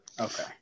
Okay